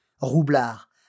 roublard